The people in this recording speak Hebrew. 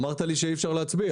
אמרת לי שאי-אפשר להצביע.